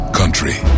country